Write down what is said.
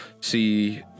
see